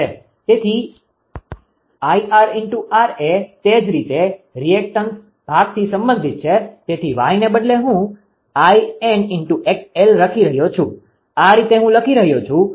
તેથી 𝐼𝑟𝑟 એ તે જ રીતે રિએક્ટેન્સ ભાગથી સંબંધિત છે તેથી Yને બદલે હું 𝐼𝑥𝑥𝑙 લખી રહ્યો છું આ રીતે હું લખી રહ્યો છું